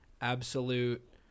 absolute